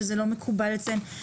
שזה לא מקובל אצלם,